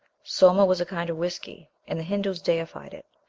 soma was a kind of whiskey, and the hindoos deified it.